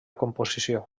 composició